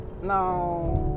No